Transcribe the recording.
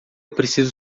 preciso